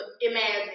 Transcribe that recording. imagine